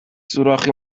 سوراخی